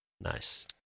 nice